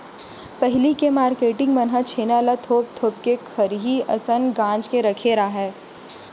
पहिली के मारकेटिंग मन ह छेना ल थोप थोप के खरही असन गांज के रखे राहय